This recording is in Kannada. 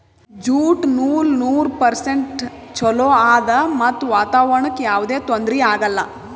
ಜ್ಯೂಟ್ ನೂಲ್ ನೂರ್ ಪರ್ಸೆಂಟ್ ಚೊಲೋ ಆದ್ ಮತ್ತ್ ವಾತಾವರಣ್ಕ್ ಯಾವದೇ ತೊಂದ್ರಿ ಆಗಲ್ಲ